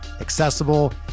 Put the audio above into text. accessible